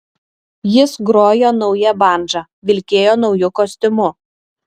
jis grojo nauja bandža vilkėjo nauju kostiumu